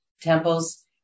temples